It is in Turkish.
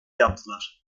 yaptılar